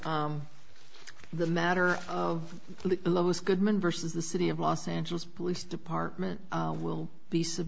the matter of the lowest goodman versus the city of los angeles police department will be s